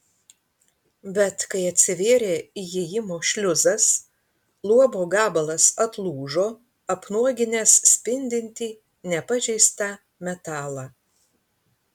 bet kai atsivėrė įėjimo šliuzas luobo gabalas atlūžo apnuoginęs spindintį nepažeistą metalą